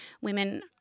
women